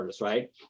Right